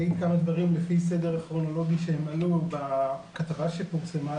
אני אגיד כמה דברים לפי סדר כרונולוגי שהם עלו בכתבה שפורסמה,